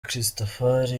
christafari